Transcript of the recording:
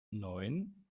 neun